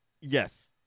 Yes